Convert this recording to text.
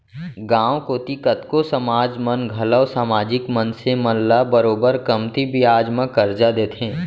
गॉंव कोती कतको समाज मन घलौ समाजिक मनसे मन ल बरोबर कमती बियाज म करजा देथे